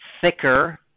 thicker